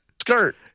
skirt